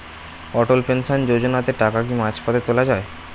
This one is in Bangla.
অটল পেনশন যোজনাতে টাকা কি মাঝপথে তোলা যায়?